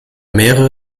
mehrere